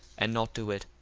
and not do it,